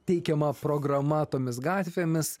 teikiama programa tomis gatvėmis